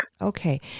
Okay